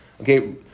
Okay